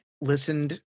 listened